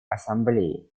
ассамблеи